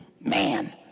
man